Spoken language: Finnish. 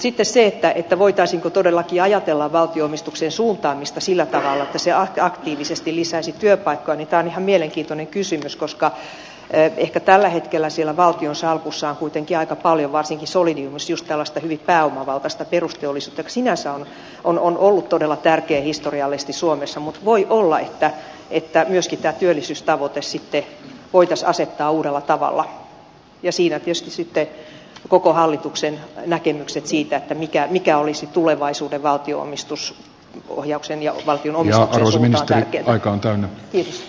mutta sitten se voitaisiinko todellakin ajatella valtionomistuksen suuntaamista sillä tavalla että se aktiivisesti lisäisi työpaikkoja on ihan mielenkiintoinen kysymys koska ehkä tällä hetkellä siellä valtion salkussa on kuitenkin aika paljon varsinkin solidiumissa just tällaista hyvin pääomavaltaista perusteollisuutta joka sinänsä on ollut todella tärkeä historiallisesti suomessa mutta voi olla että myöskin tämä työllisyystavoite sitten voitaisiin asettaa uudella tavalla ja siinä tietysti sitten koko hallituksen näkemykset siitä mikä olisi tulevaisuuden valtion omistusohjauksen ja valtionomistuksen suunta olisivat tärkeitä